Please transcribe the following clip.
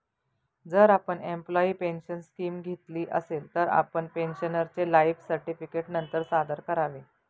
जर आपण employee pension scheme घेतली असेल, तर आपण पेन्शनरचे लाइफ सर्टिफिकेट नंतर सादर करावे